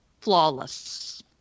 Flawless